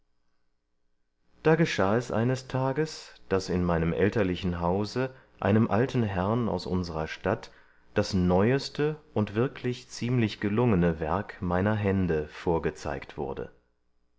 da geschah es eines tages daß in meinem elterlichen hause einem alten herrn aus unserer stadt das neueste und wirklich ziemlich gelungene werk meiner hände vorgezeigt wurde